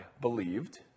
believed